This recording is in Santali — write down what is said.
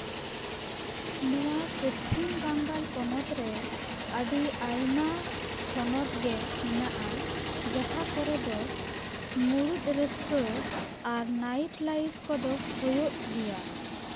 ᱱᱚᱣᱟ ᱯᱚᱪᱷᱤᱢ ᱵᱟᱝᱜᱟᱞ ᱯᱚᱱᱚᱛ ᱨᱮ ᱟᱹᱰᱤ ᱟᱭᱢᱟ ᱦᱚᱱᱚᱛ ᱜᱮ ᱢᱮᱱᱟᱜᱼᱟ ᱡᱟᱦᱟᱸ ᱠᱚᱨᱮ ᱫᱚ ᱢᱩᱬᱩᱫ ᱨᱟᱹᱥᱠᱟᱹ ᱟᱨ ᱱᱟᱭᱤᱴ ᱞᱟᱭᱤᱯᱷ ᱠᱚᱫᱚ ᱦᱩᱭᱩᱜ ᱜᱮᱭᱟ